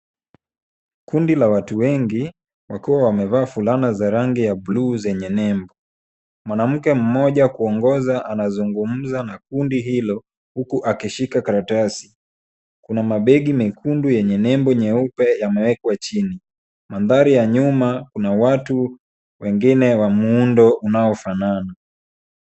Kundi la watu wengi wakiwa wamevaa fulana za rangi ya buluu zenye nembo. Mwanamke mmoja kuongoza anazungumza na kundi hilo, huku akishika karatasi. Kuna mabegi mekundu yenye nembo nyeupe yamewekwa chini. Mandhari ya nyuma kuna watu wengine wa muundo unaofanana.